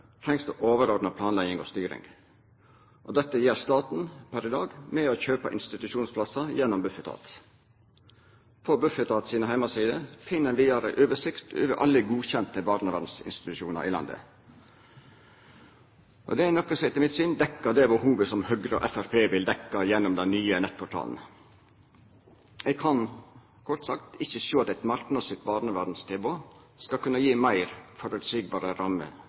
trengst overordna planlegging og styring, og dette gjer staten per i dag ved å kjøpa institusjonsplassar gjennom Bufetat. På Bufetat sine heimesider finn ein ei vidare oversikt over alle godkjende barnevernsinstitusjonar i landet, noko som etter mitt syn dekkjer det behovet som Høgre og Framstegspartiet vil dekkja gjennom den nye nettportalen. Eg kan kort sagt ikkje sjå at eit marknadsstyrt barnevernstilbod skal kunna gi meir føreseielege rammer